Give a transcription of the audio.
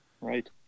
Right